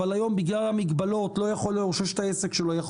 אבל היום בגלל המגבלות לא יכול לאושש את העסק שלו יכול